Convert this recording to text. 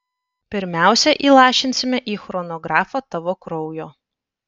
pirmiausia įlašinsime į chronografą tavo kraujo